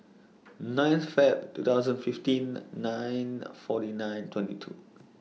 ninth Feb two thousand and fifteen nine forty nine twenty two